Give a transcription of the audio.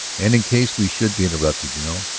and in case we should be interrupted, you know,